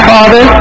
Father